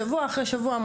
שבוע אחרי שבוע,